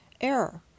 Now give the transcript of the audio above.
error